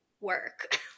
work